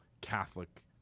Catholic